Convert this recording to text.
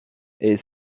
est